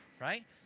right